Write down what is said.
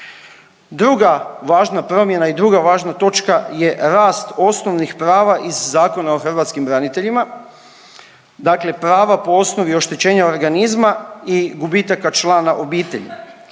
Druga važna promjena i druga važna točka je rast osnovnih prava iz Zakona o hrvatskim braniteljima, dakle prava po osnovi oštećenja organizma i gubitaka člana obitelji.